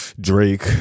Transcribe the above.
Drake